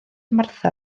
martha